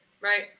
Right